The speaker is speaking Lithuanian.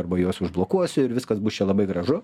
arba juos užblokuosiu ir viskas bus čia labai gražu